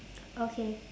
okay